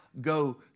go